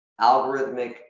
algorithmic